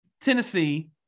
Tennessee